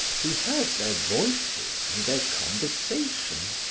he heard their voices and their conversation.